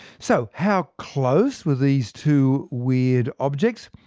so how close were these two weird objects?